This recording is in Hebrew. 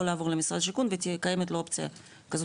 או לעבור למשרד השיכון ותהיה קיימת לו אופציה כזאת.